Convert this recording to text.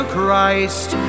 Christ